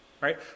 Right